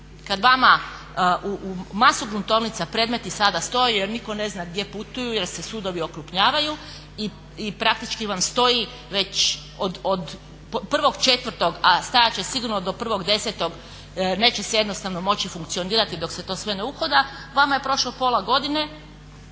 Kad vama u masi gruntovnica predmeti sada stoje jer nitko ne zna gdje putuju jer se sudovi okrupnjavaju i praktički vam stoji već od 1.04. a stajat će sigurno do 1.10. jer neće se jednostavno moći funkcionirati dok se to sve ne uhoda vama je prošlo pola godine